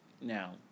now